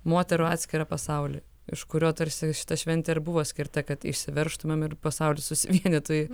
moterų atskirą pasaulį iš kurio tarsi šita šventė ir buvo skirta kad išsiveržtumėm ir pasaulis susivienytų į